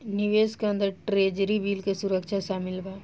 निवेश के अंदर ट्रेजरी बिल के सुरक्षा शामिल बा